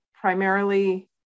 primarily